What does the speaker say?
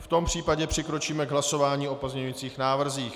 V tom případě přikročíme k hlasování o pozměňujících návrzích.